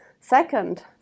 Second